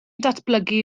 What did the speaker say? datblygu